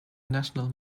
national